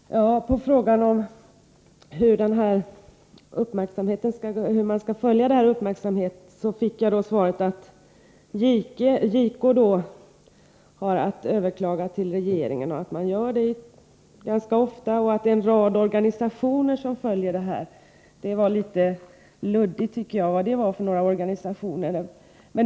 Fru talman! På frågan om hur man tänker gå till väga för att följa detta med uppmärksamhet fick jag till svar att JK har att överklaga till regeringen och att det sker ganska ofta samt att en rad organisationer följer utvecklingen. Jag tycker att det var ett litet luddigt besked om vilka organisationerna var.